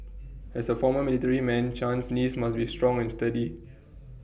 as A former military man Chan's knees must be strong and sturdy